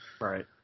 Right